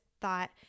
thought